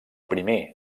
primer